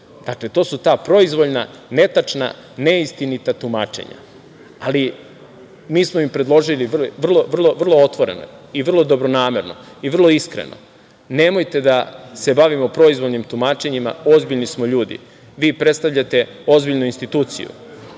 rešeni. Dakle, to su ta proizvoljna, netačna, neistinita tumačenja, ali mi smo im predložili vrlo otvoreno i vrlo dobronamerno i vrlo iskreno, nemojte da se bavimo proizvoljnim tumačenjima, ozbiljni smo ljudi. Vi predstavljate ozbiljnu instituciju,